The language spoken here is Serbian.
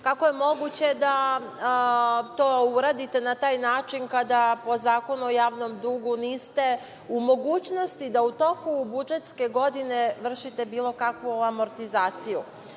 kako je moguće da to uradite na taj način kada, po Zakonu o javnom dugu, niste u mogućnosti da u toku budžetske godine vršite bilo kakvu amortizaciju? Ili